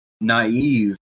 naive